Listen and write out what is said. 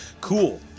cool